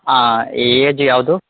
ಹಾಂ ಏಜ್ ಯಾವುದು